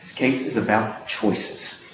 this case is about choices,